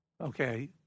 Okay